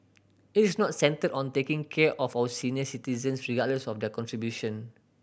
it is not centred on taking care of our senior citizens regardless of their contribution